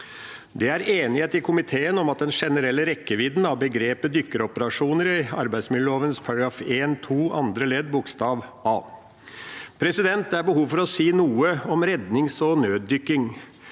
Det er enighet i komiteen om den generelle rekkevidden av begrepet «dykkeoperasjoner» i arbeidsmiljøloven § 1-2 andre ledd bokstav a. Det er behov for å si noe om rednings- og nøddykking.